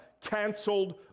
canceled